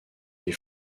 des